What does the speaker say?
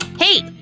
hey!